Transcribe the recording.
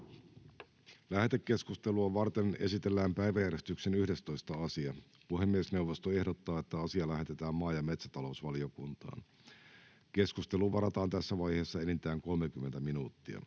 Lähetekeskustelua varten esitellään päiväjärjestyksen 10. asia. Puhemiesneuvosto ehdottaa, että asia lähetetään maa- ja metsätalousvaliokuntaan. Keskusteluun varataan tässä vaiheessa enintään 30 minuuttia.